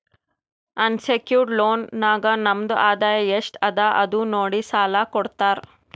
unsecured loan ನಾಗ್ ನಮ್ದು ಆದಾಯ ಎಸ್ಟ್ ಅದ ಅದು ನೋಡಿ ಸಾಲಾ ಕೊಡ್ತಾರ್